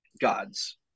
Gods